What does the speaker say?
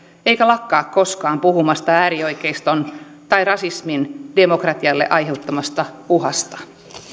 eikä lakkaa koskaan puhumasta äärioikeiston tai rasismin demokratialle aiheuttamasta uhasta